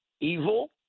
evil